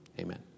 Amen